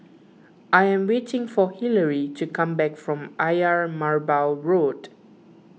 I am waiting for Hilary to come back from Ayer Merbau Road